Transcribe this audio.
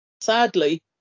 sadly